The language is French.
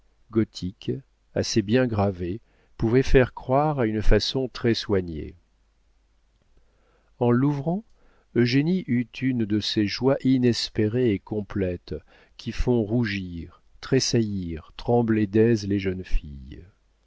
gothique assez bien gravé pouvait faire croire à une façon très soignée en l'ouvrant eugénie eut une de ces joies inespérées et complètes qui font rougir tressaillir trembler d'aise les jeunes filles